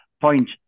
point